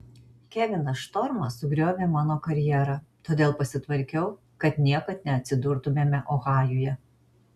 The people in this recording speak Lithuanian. kevinas štormas sugriovė mano karjerą todėl pasitvarkiau kad niekad neatsidurtumėme ohajuje